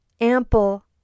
ample